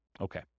okay